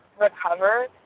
recover